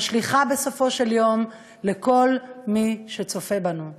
שמשליכה בסופו של יום על כל מי שצופה בנו.